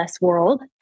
world